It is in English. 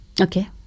Okay